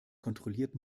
kontrolliert